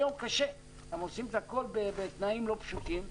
היום קשה, הם עושים את הכול בתנאים לא פשוטים.